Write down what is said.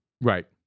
Right